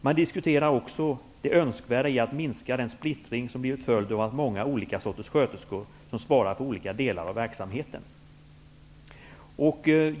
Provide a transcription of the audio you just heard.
Man diskuterar också det önskvärda i att minska den splittring som blivit följden av att ha många olika sorters sköterskor som svarar för olika delar av verksamheten.''